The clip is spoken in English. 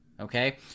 Okay